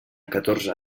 catorze